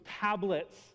tablets